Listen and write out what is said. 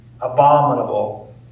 abominable